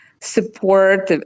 Support